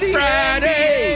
Friday